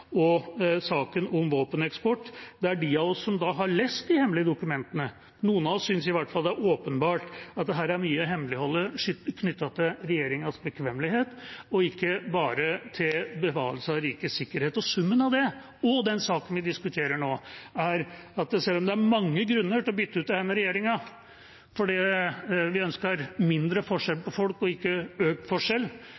og saken om våpeneksport, der de av oss som har lest de hemmelige dokumentene – noen av oss i hvert fall – synes det er åpenbart at her er mye av hemmeligholdet knyttet til regjeringas bekvemmelighet, og ikke bare til bevarelsen av rikets sikkerhet. Summen av dette og den saken vi diskuterer nå, er at selv om det er mange grunner til å bytte ut denne regjeringa – at vi ønsker mindre